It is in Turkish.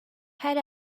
her